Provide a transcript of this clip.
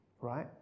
Right